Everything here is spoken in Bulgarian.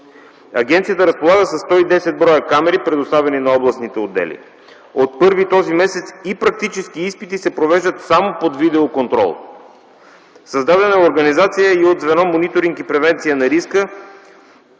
Агенцията разполага със 110 бр. камери, предоставени на областните отдели. От 1-ви този месец и практическите изпити се провеждат само под видеоконтрол. Създадена е организация и от звено „Мониторинг и превенция на риска”